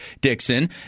Dixon